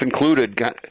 included